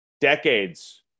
decades